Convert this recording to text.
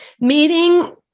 meeting